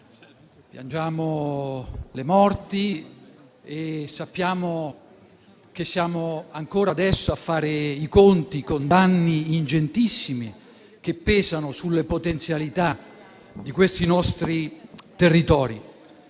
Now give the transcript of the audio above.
Piangiamo le morti e siamo ancora adesso a fare i conti con danni ingentissimi che pesano sulle potenzialità di questi nostri territori.